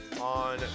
on